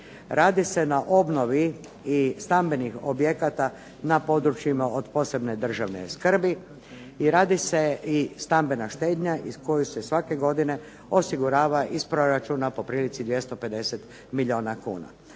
Radi se na obnovi i stambenih objekata na područjima od posebne državne skrbi i radi se i stambena štednja koja se svake godine osigurava iz proračuna, po prilici 250 milijuna kuna.